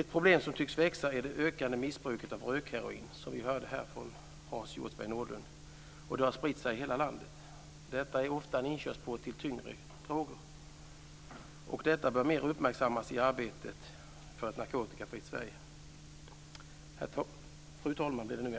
Ett problem som tycks växa är det ökande missbruket av rökheroin, som vi hörde här av Hans Hjortzberg-Nordlund. Det har spritt sig i hela landet, och det är ofta en inkörsport till tyngre droger. Detta bör mer uppmärksammas i arbetet för ett narkotikafritt Sverige. Fru talman!